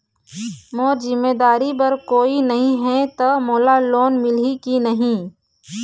मोर जिम्मेदारी बर कोई नहीं हे त मोला लोन मिलही की नहीं?